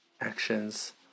actions